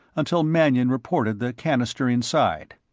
until mannion reported the cannister inside.